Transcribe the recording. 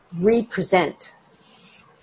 represent